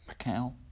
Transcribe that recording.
Macau